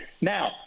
Now